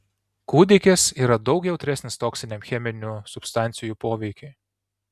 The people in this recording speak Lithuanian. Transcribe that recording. kūdikis yra daug jautresnis toksiniam cheminių substancijų poveikiui